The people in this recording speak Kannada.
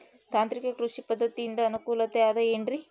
ತಾಂತ್ರಿಕ ಕೃಷಿ ಪದ್ಧತಿಯಿಂದ ಅನುಕೂಲತೆ ಅದ ಏನ್ರಿ?